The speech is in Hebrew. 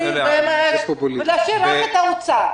להשאיר רק את האוצר.